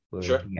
Sure